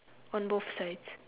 on both sides